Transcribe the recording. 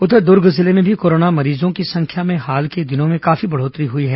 वहीं दुर्ग जिले में भी कोरोना संक्रमित मरीजों की संख्या में हाल के दिनों में काफी बढ़ोत्तरी हुई है